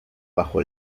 bajo